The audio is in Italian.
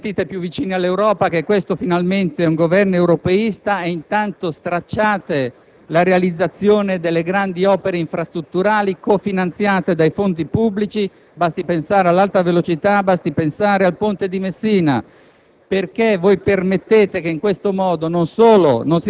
Dite che vi sentite più vicini all'Europa, che questo finalmente è un Governo europeista e intanto stracciate la realizzazione delle grandi opere infrastrutturali cofinanziate dai fondi pubblici. Basti pensare all'alta velocità o al ponte di Messina;